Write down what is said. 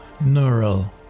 Neural